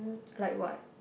like what